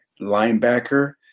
linebacker